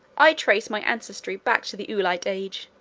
i trace my ancestry back to the oolite age.